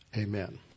Amen